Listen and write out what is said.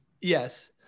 Yes